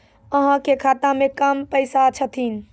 अहाँ के खाता मे कम पैसा छथिन?